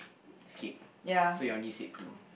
skip so you only said two